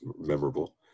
memorable